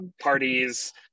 parties